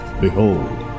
Behold